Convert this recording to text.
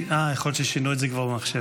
יכול להיות ששינו את זה כבר במחשב.